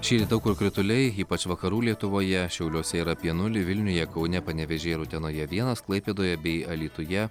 šįryt daug kur krituliai ypač vakarų lietuvoje šiauliuose yra apie nulį vilniuje kaune panevėžy ir utenoje vienas klaipėdoje bei alytuje